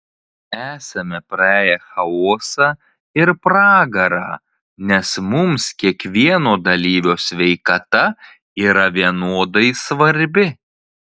esame praėję chaosą ir pragarą nes mums kiekvieno dalyvio sveikata yra vienodai svarbi